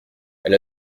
elle